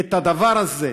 את הדבר הזה,